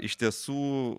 iš tiesų